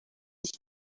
iki